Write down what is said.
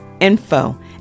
info